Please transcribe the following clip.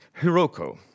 Hiroko